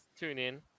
TuneIn